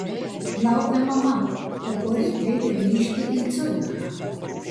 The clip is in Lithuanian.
laukia mama o poryt reikia grįžti į ciurichą